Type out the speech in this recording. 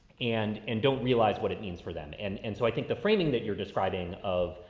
and, and don't realize what it means for them. and and so i think the framing that you're describing of,